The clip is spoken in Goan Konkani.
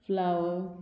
फ्लावर